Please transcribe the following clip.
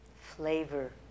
flavor